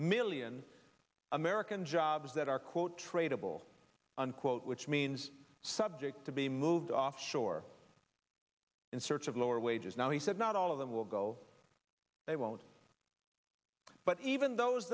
million american jobs that are quote tradeable unquote which means subject to be moved offshore in search of lower wages now he said not all of them will go they won't but even those